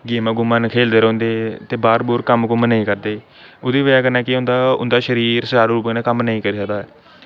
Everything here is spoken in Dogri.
गेमां गेमू नू खेलदे रौंह्दे ते बाह्र बूह्र कम्म नेईं करदे ओह्दी बजह कन्नै केह् होंदा उं'दा शरीर स्हेई रूप कन्नै कम्म नेईं करी सकदा ऐ